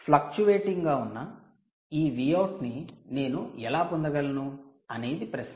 ఫ్లూక్టువేటింగా ఉన్న ఈ Vout ను నేను ఎలా పొందగలను అనేది ప్రశ్న